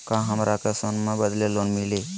का हमरा के सोना के बदले लोन मिलि?